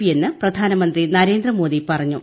പിയെന്ന് പ്രധാനമന്ത്രി നരേന്ദ്രമോദി പറഞ്ഞു